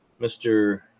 Mr